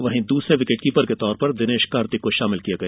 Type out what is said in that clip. वहीं दूसरे wicket keeper के तौर पर दिनेश कार्तिक को शामिल किया गया